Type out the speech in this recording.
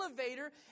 elevator